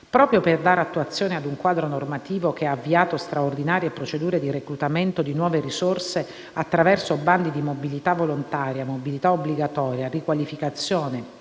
Proprio per dare attuazione ad un quadro normativo che ha avviato straordinarie procedure di reclutamento di nuove risorse attraverso bandi di mobilità volontaria, mobilità obbligatoria, riqualificazione